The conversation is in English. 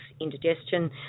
indigestion